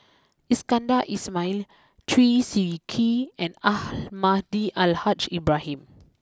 Iskandar Ismail Chew Swee Kee and Almahdi Al Haj Ibrahim